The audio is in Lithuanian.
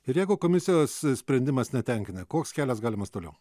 ir jeigu komisijos sprendimas netenkina koks kelias galimas toliau